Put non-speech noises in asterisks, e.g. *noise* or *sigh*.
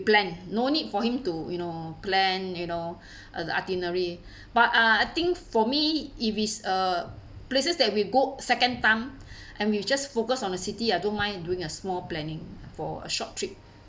planned no need for him to you know plan you know *breath* uh itinerary *breath* but uh I think for me if it's a places that we go second time *breath* and we just focus on the city I don't mind doing a small planning for a short trip